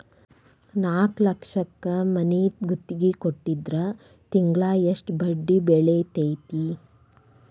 ನಾಲ್ಕ್ ಲಕ್ಷಕ್ ಮನಿ ಗುತ್ತಿಗಿ ಕೊಟ್ಟಿದ್ರ ತಿಂಗ್ಳಾ ಯೆಸ್ಟ್ ಬಡ್ದಿ ಬೇಳ್ತೆತಿ?